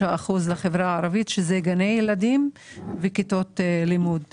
לחברה הערבית - זה כולל גני ילדים וכיתות לימוד.